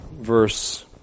verse